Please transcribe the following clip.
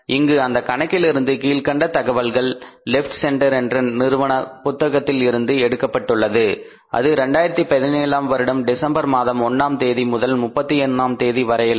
இங்கு அந்த கணக்கிலிருந்து கீழ்க்கண்ட தகவல்கள் லெப்ட் சென்டர் என்ற நிறுவன புத்தகத்தில் இருந்து எடுக்கப்பட்டுள்ளன அது 2017 அம் வருடம் டிசம்பர் மாதம் 1ஆம் தேதி முதல் 31ஆம் தேதி வரையிலான